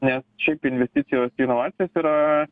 nes šiaip investicijos į inovacijas yra